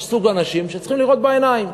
יש אנשים שצריכים לראות בעיניים.